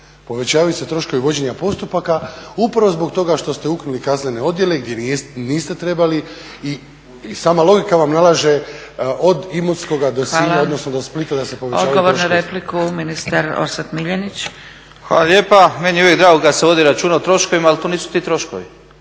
povećavaju se troškovi vođenja postupaka upravo zbog toga što ste ukinuli kaznene odjele gdje niste trebali i sama logika vam nalaže od Imotskoga, do Sinja, odnosno do Splita da se povećavaju troškovi. **Zgrebec, Dragica (SDP)** Hvala. Odgovor na repliku ministar Orsat Miljenić. **Miljenić, Orsat** Hvala lijepa. Meni je uvijek drago da se vodi računa o troškovima, ali to nisu ti troškovi.